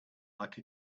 like